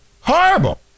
horrible